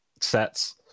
sets